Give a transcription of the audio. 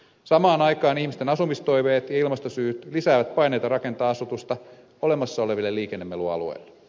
samaan aikaan ihmisten asumistoiveet ja ilmastosyyt lisäävät paineita rakentaa asutusta olemassa oleville liikennemelualueille